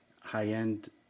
High-end